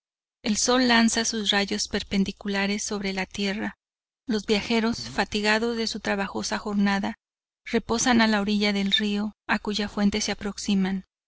el sol lanza sus rallos perpendiculares sobre la tierra los viajeros fatigados de su trabajosa jornada reposan a la orilla del río a cuya fuente se aproximan